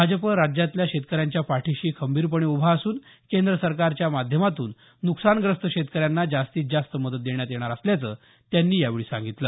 भाजप राज्यातल्या शेतकऱ्यांच्या पाठीशी खंबीरपणे उभा असून केंद्र सरकारच्या माध्यमातून नुकसानग्रस्त शेतकऱ्यांना जास्तीत जास्त मदत देण्यात येणार असल्याचं त्यांनी यावेळी सांगितलं